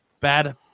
bad